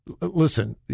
listen